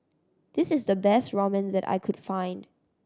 this is the best Ramen that I could find